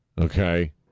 Okay